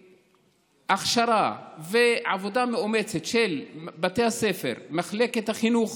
הכשרה ועבודה מאומצת של בתי הספר, מחלקת החינוך